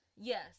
Yes